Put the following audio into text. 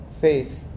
faith